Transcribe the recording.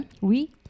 oui